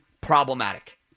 problematic